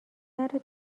نره